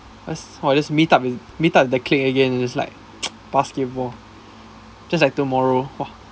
just how just meet up meet up with the clique again just like basketball just like tomorrow !wah!